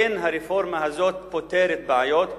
אין הרפורמה הזאת פותרת בעיות,